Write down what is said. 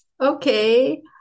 Okay